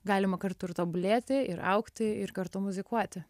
galima kartu ir tobulėti ir augti ir kartu muzikuoti